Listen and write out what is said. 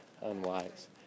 unwise